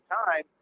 time